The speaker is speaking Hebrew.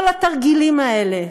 כל התרגילים האלה,